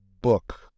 book